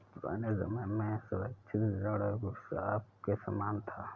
पुराने समय में असुरक्षित ऋण अभिशाप के समान था